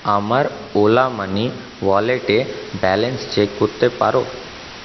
আমার ওলা মানি ওয়ালেটে balance check করতে পার